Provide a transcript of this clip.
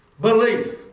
belief